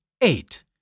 Eight